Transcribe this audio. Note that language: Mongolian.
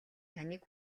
таныг